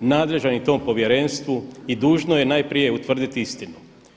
nadređen i tom povjerenstvu i dužno je najprije utvrditi istinu.